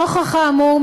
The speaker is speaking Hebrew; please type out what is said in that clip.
נוכח האמור,